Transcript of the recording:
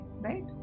right